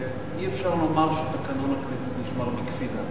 שאי-אפשר לומר שתקנון הכנסת נשמר בקפידה.